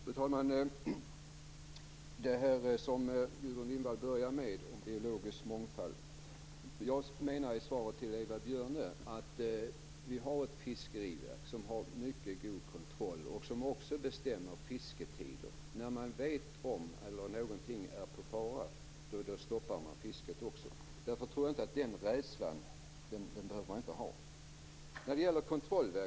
Fru talman! Gudrun Lindvall började med att tala om biologisk mångfald. Jag menade i svaret till Eva Björne att vi har ett fiskeriverk som har mycket god kontroll. Det bestämmer också fisketider. När det vet att någon fara hotar stoppar det också fisket. Därför tror jag inte att man behöver ha den här rädslan.